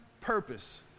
purpose